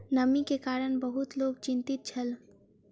नमी के कारण बहुत लोक चिंतित छल